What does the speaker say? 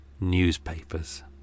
newspapers